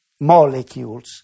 molecules